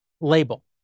label